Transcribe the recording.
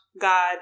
God